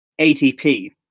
ATP